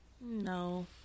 No